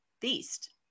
beast